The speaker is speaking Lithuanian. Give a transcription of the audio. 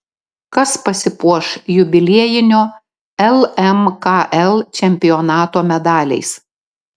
kas pasipuoš jubiliejinio lmkl čempionato medaliais